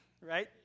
right